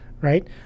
right